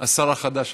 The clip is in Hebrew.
השר החדש,